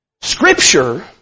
Scripture